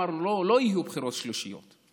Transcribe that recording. אמרנו: לא יהיו בחירות שלישיות,